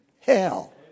hell